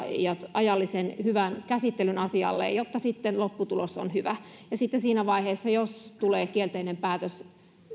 ajallisen ja hyvän käsittelyn asialle jotta sitten lopputulos on hyvä sitten siinä vaiheessa jos tulee kielteinen päätös